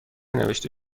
نوشته